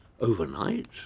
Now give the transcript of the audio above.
overnight